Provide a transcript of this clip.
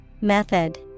Method